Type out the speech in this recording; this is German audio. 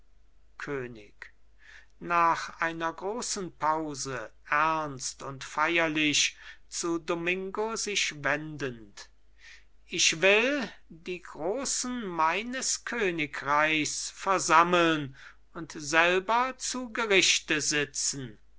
könig nach einer großen pause ernst und feierlich zu domingo sich wendend ich will die großen meines königreichs versammeln und selber zu gerichte sitzen